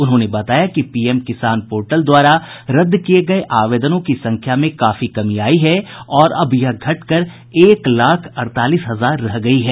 उन्होंने बताया कि पीएम किसान पोर्टल द्वारा रद्द किये गये आवेदनों की संख्या में कमी आयी है और अब यह घटकर एक लाख अड़तालीस हजार रह गयी है